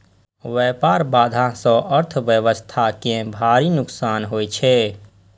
व्यापार बाधा सं अर्थव्यवस्था कें भारी नुकसान होइ छै